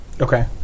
okay